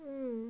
um